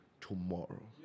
tomorrow